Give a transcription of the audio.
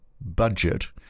budget